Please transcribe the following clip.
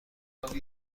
تاحالا